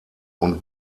und